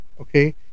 Okay